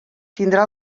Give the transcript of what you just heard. tindrà